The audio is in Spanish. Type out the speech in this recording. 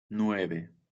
nueve